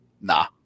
nah